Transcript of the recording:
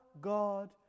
God